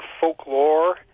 folklore